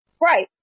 Right